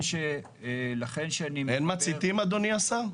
אין מציתים, אדוני השר?